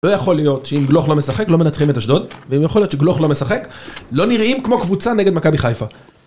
לא יכול להיות שאם גלוך לא משחק לא מנצחים את אשדוד ואם יכול להיות שגלוך לא משחק לא נראים כמו קבוצה נגד מכבי חיפה